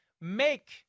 make